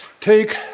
take